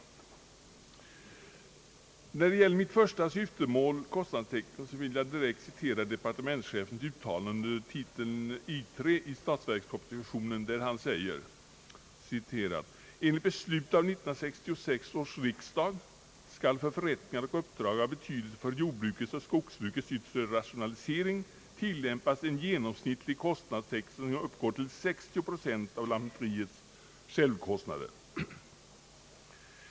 När det gäller mitt första syftemål, kostnadstäckningen, vill jag direkt citera departementschefens uttalande under titeln I 3 i statsverkspropositionen: »Enligt beslut av 1966 års riksdag skall för förrättningar och uppdrag av betydelse för jordbrukets och skogsbrukets yttre rationalisering tillämpas en genomsnittlig kostnadstäckning som uppgår till 60 procent av lantmäteriets självkostnader.